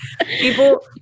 People